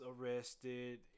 arrested